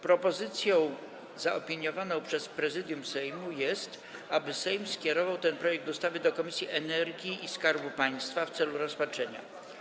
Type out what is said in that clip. Propozycją zaopiniowaną przez Prezydium Sejmu jest, aby Sejm skierował ten projekt ustawy do Komisji do Spraw Energii i Skarbu Państwa w celu rozpatrzenia.